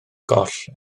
goll